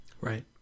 Right